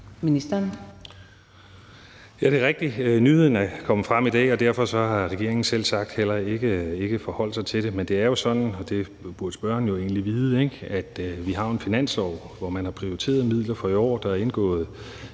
Aagaard): Ja, det er rigtigt: Nyheden er kommet frem i dag, og derfor har regeringen selvsagt heller ikke forholdt sig til det, men det er jo sådan – og det burde spørgeren egentlig vide – at vi har en finanslov, hvor man har prioriteret midler for i år. Der er indgået